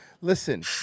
Listen